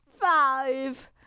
five